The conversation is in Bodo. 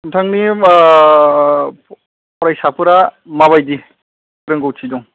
नोंथांनि फरायसाफोरा माबायदि रोंगौथि दं